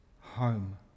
home